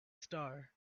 star